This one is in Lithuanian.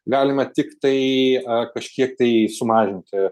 galima tiktai kažkiek tai sumažinti